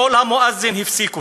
קול המואזין הפסיק אותה.